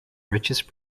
richest